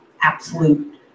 absolute